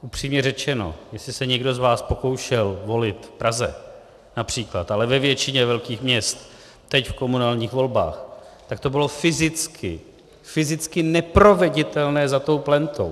Upřímně řečeno, jestli se někdo z vás pokoušel volit v Praze, například, ale i ve většině velkých měst teď v komunálních volbách, tak to bylo fyzicky fyzicky neproveditelné za tou plentou.